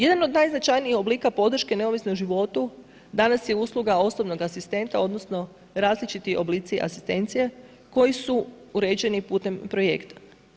Jedan od najznačajnijih oblika podrške neovisno o životu, danas je usluga osobnog asistenta, odnosno različiti oblici asistencije koji su uređeni putem projekta.